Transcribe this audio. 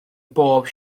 bob